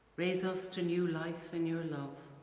raise us to new life in your love,